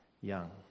young